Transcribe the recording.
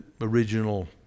original